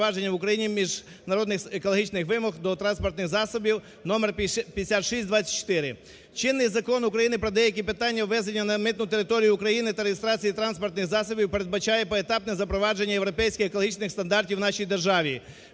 запровадження в Україні міжнародних екологічних вимог до транспортних засобі (№ 5624). Чинний Закон України "Про деякі питання ввезення на митну територію України та реєстрації транспортних засобів" передбачає поетапне запровадження європейський екологічних стандартів у нашій державі.